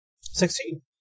Sixteen